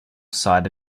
side